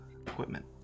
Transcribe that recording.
equipment